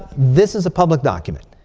this is a public document.